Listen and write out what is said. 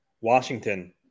Washington